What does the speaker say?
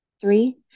Three